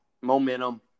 Momentum